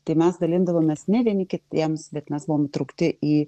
tai mes dalindavomės ne vieni kitiems bet mes buvom įtraukti į